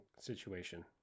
situation